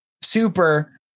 super